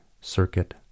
circuit